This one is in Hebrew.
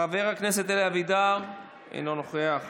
חבר הכנסת אלי אבידר, אינו נוכח,